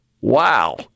Wow